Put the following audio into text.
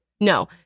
No